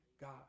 God